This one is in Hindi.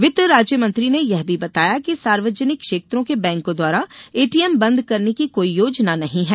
वित्त राज्य मंत्री ने यह भी बताया कि सार्वजनिक क्षेत्रों के बैंकों द्वारा एटीएम बंद करने की कोई योजना नहीं है